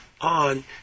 on